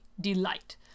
delight